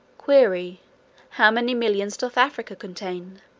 query how many millions doth africa contain?